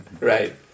Right